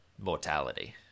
mortality